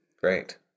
Great